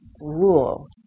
rule